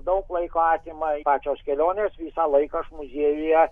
daug laiko atima pačios kelionės visą laiką aš muziejuje